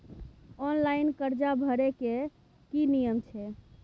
Online कर्जा भरै के की नियम छै?